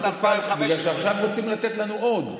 שנת 2015. בגלל שעכשיו רוצים לתת לנו עוד.